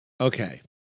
Okay